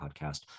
podcast